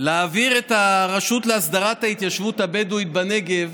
להעביר את הרשות להסדרת ההתיישבות הבדואית בנגב